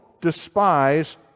despise